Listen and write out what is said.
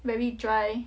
very dry